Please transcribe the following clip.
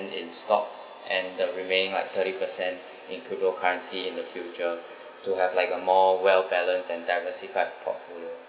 put in stock and the remaining like thirty percent in crypto currency in the future to have like a more well balanced and diversified portfolio